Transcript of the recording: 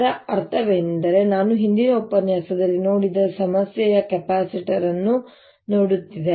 ಇದರ ಅರ್ಥವೇನೆಂದರೆ ನಾನು ಹಿಂದಿನ ಉಪನ್ಯಾಸದಲ್ಲಿ ನೋಡಿದ ಸಮಸ್ಯೆಯ ಕೆಪಾಸಿಟರ್ ಅನ್ನು ನೋಡುತ್ತಿದ್ದೇವೆ